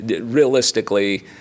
realistically